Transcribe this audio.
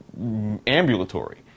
ambulatory